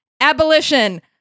abolition